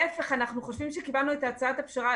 להיפך, אנחנו חושבים שקיבלנו את הצעת הפשרה.